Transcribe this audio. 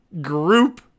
group